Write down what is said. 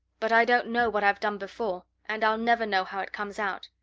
but i don't know what i've done before, and i'll never know how it comes out.